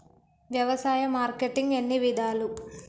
వ్యవసాయ మార్కెటింగ్ ఎన్ని విధాలు?